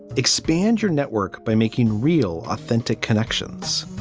expand your network by making real, authentic connections